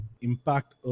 impact